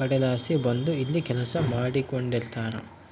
ಕಡೆಲಾಸಿ ಬಂದು ಇಲ್ಲಿ ಕೆಲಸ ಮಾಡಿಕೆಂಡಿರ್ತಾರ